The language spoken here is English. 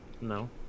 No